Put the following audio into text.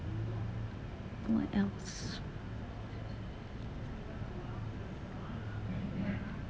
what else